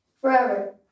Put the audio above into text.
forever